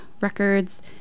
Records